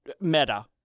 meta